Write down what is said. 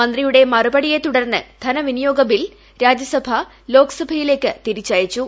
മന്ത്രിയുടെ മറുപടിയെ തുടർന്ന് ധനവിനിയോഗ ബിൽ രാജ്യസഭ ലോക്സഭയിലേക്ക് തിരിച്ചയച്ചു